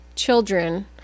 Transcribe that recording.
children